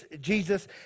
Jesus